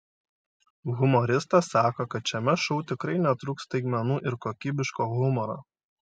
humoristas sako kad šiame šou tikrai netrūks staigmenų ir kokybiško humoro